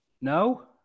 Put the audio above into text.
No